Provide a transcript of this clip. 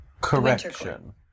correction